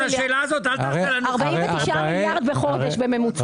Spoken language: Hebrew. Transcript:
49 מיליארד בחודש בממוצע.